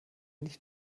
nicht